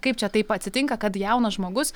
kaip čia taip atsitinka kad jaunas žmogus